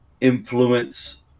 influence